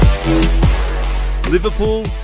Liverpool